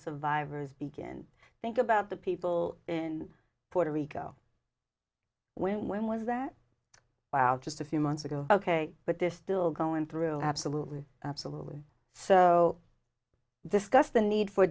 survivors begin think about the people in puerto rico when when was that wow just a few months ago ok but they're still going through absolutely absolutely so this gus the need for